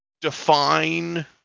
define